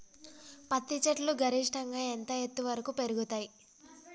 పత్తి చెట్లు గరిష్టంగా ఎంత ఎత్తు వరకు పెరుగుతయ్?